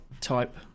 type